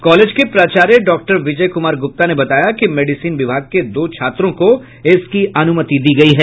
college के प्राचार्य doctor Vijay Kumar Gupta ने बताया कि मेडिसिन विभाग के दो छात्रों को इसकी अनुमति दी गयी है